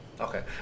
Okay